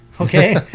okay